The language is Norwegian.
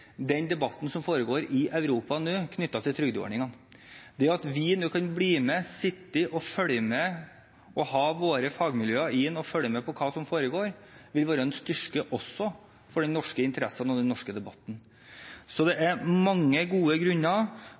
at vi kan bli med, sitte og følge med – ha våre fagmiljøer inne og følge med på hva som foregår – vil være en styrke også for den norske interessen og den norske debatten. Så det er mange gode grunner